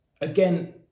again